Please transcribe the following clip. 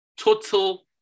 total